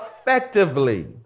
effectively